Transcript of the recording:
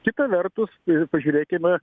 kita vertus pažiūrėkime